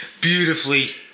beautifully